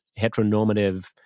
heteronormative